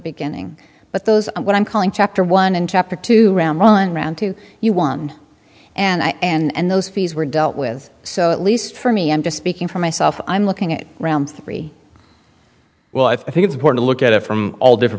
beginning but those are what i'm calling chapter one and chapter two ramn round two you want and i and those fees were dealt with so at least for me i'm just speaking for myself i'm looking at round three well i think it's important to look at it from all different